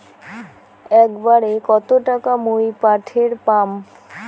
একবারে কত টাকা মুই পাঠের পাম?